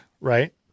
right